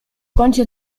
kącie